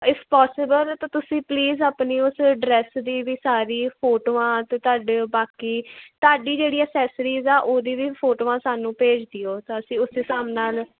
ਇਸ ਪੋਸੀਬਲ ਤਾਂ ਤੁਸੀਂ ਪਲੀਜ਼ ਆਪਣੀ ਉਸ ਡਰੈਸ ਦੀ ਵੀ ਸਾਰੀ ਫੋਟੋਆਂ ਅਤੇ ਤੁਹਾਡੇ ਬਾਕੀ ਤੁਹਾਡੀ ਜਿਹੜੀ ਅਸੈਸਰੀਜ਼ ਆ ਉਹਦੇ ਵੀ ਫੋਟੋਆਂ ਸਾਨੂੰ ਭੇਜ ਦਿਓ ਤਾਂ ਅਸੀਂ ਉਸ ਹਿਸਾਬ ਨਾਲ